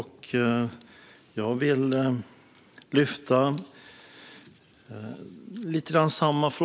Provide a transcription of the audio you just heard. Herr talman!